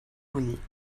ull